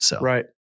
Right